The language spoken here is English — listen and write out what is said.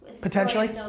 potentially